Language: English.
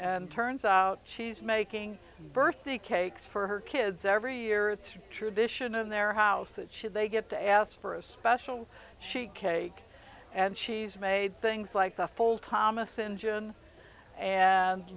and turns out she's making birthday cakes for her kids every year it's a tradition in their house that should they get to ask for a special she cake and she's made things like the full thomas engine and